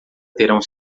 terão